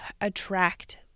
attract